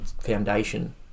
foundation